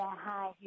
hi